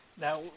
Now